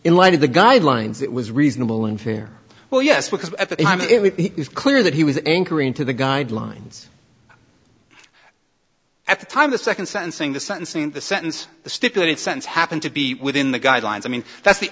in light of the guidelines it was reasonable and fair well yes because it is clear that he was anchoring to the guidelines at the time the second sentencing the sentencing the sentence the stipulated sense happened to be within the guidelines i mean that's the